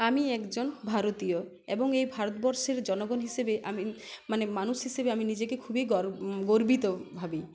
আমি একজন ভারতীয় এবং এই ভারতবর্ষের জনগণ হিসেবে আমি মানে মানুষ হিসেবে আমি নিজেকে খুবই গর গর্বিত ভাবি